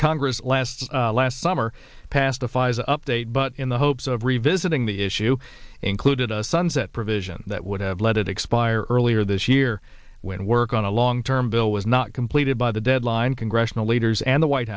congress last last summer pacifies update but in the hopes of revisiting the issue included a sunset provision that would have let it expire earlier this year when work on a long term bill was not completed by the deadline congressional leaders and the white